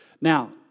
Now